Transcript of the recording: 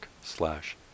slash